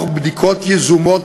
ואנחנו עשינו עכשיו,